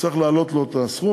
צריך להעלות לו את הסכום.